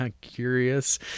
curious